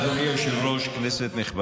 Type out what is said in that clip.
הוא יכול היה לבקש כל משרד,